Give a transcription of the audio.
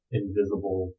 invisible